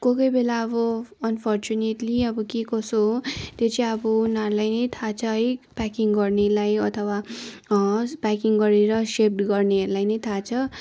को कोही बेला अब अनफरचुनेट्ली अब के कसो हो त्यो चाहिँ अब उनीहरूलाई नै थाहा छ है प्याकिङ गर्नेलाई अथवा प्याकिङ गरेर सिप्ड गर्नेहरूलाई नै थाहा छ